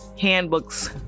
handbooks